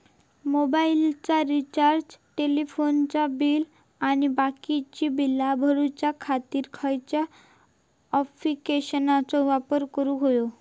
मोबाईलाचा रिचार्ज टेलिफोनाचा बिल आणि बाकीची बिला भरूच्या खातीर खयच्या ॲप्लिकेशनाचो वापर करूक होयो?